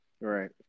right